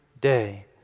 day